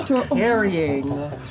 carrying